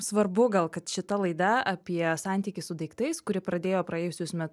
svarbu gal kad šita laida apie santykį su daiktais kuri pradėjo praėjusius met